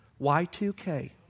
Y2K